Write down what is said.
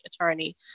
attorney